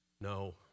No